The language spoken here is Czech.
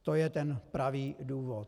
To je ten pravý důvod.